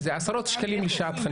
זה עשרות שקלים על שעת חנייה.